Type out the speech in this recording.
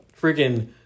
freaking